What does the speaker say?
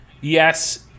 yes